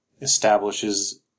establishes